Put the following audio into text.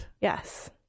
Yes